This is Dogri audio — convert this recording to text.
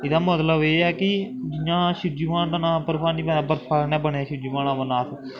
एह्दा मतलब एह् ऐ कि जियां शिवजी भगवान दा नांऽ बर्फानी बर्फा कन्नै बने दे शिवजी भगवान अमरनाथ